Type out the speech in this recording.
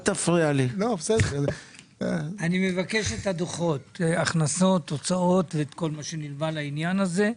אני מבקש את הדוחות של ההכנסות וההוצאות ואת כל מה שנלווה לעניין הזה.